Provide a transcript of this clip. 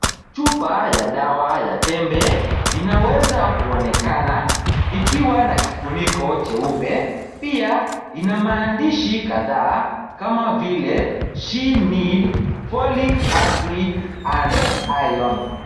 Chupa ya dawa ya tembe inaweza kuonekana ikiwa na kifuniko cheupe, pia ina maandishi kadhaa kama vile; she need ,folic acid and iron .